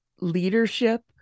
leadership